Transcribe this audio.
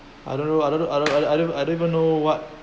I don't know I don't know I don't I don't I don't even know what